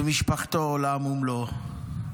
ומשפחתו עולם ומלואו.